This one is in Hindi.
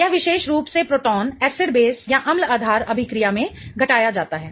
यह विशेष रूप से प्रोटॉन एसिड बेस अम्ल आधार अभिक्रिया में घटाया जाता है